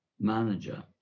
manager